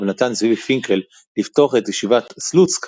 נתן צבי פינקל לפתוח את ישיבת סלוצק,